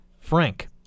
Frank